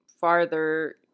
farther